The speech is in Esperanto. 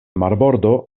marbordo